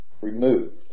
removed